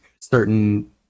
certain